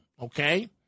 Okay